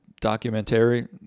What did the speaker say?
documentary